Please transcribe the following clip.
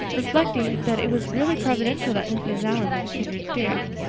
reflecting that it was really providential that mrs. allan was a kindred spirit.